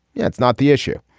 yeah it's not the issue.